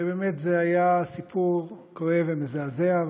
ובאמת זה היה סיפור כואב ומזעזע.